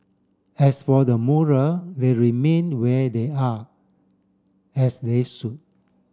as for the mural they remain where they are as they should